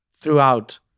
throughout